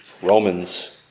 Romans